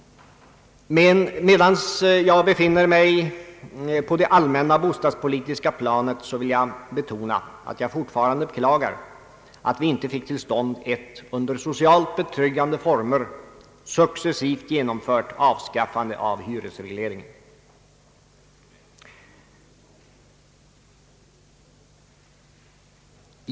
Medan jag befinner mig på det allmänna bostadspolitiska planet, vill jag betona att jag fortfarande beklagar att vi inte fick till stånd ett under socialt betryggande former successivt genomfört avskaffande av hyresregleringen.